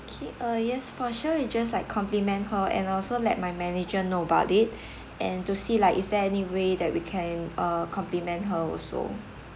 okay uh yes for sure we just like compliment her and also let my manager know about it and to see like is there any way that we can uh compliment her also